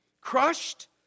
crushed